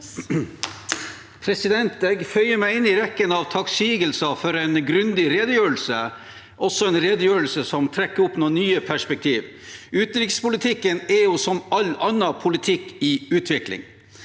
Jeg føyer meg inn i rekken av takksigelser for en grundig redegjørelse, som også var en redegjørelse som trekker opp noen nye perspektiver. Utenrikspolitikken er jo – som all annen politikk – i utvikling.